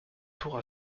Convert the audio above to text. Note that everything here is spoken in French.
tour